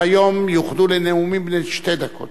שהיום יוחדו לנאומים בני שתי דקות.